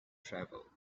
travel